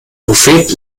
prophet